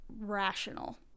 rational